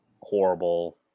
horrible –